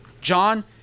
John